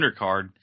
undercard